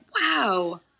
wow